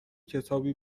کتابی